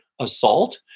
assault